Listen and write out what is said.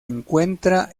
encuentra